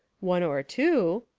one or two,